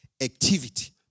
activity